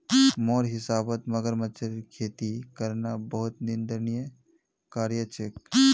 मोर हिसाबौत मगरमच्छेर खेती करना बहुत निंदनीय कार्य छेक